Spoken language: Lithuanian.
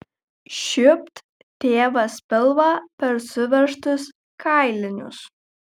šiupt tėvas pilvą per suveržtus kailinius